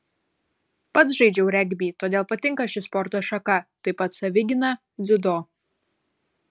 pats žaidžiau regbį todėl patinka ši sporto šaka taip pat savigyna dziudo